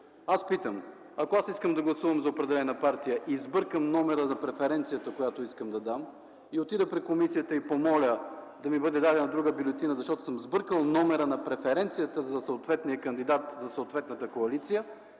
Аз питам: ако искам да гласувам за определена партия и сбъркам номера на преференцията, която искам да дам, отида при комисията и помоля да ми бъде дадена друга бюлетина, защото съм сбъркал номера на преференцията за съответния кандидат в съответната коалиция,